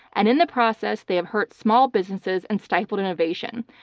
and in the process they have hurt small businesses and stifled innovation.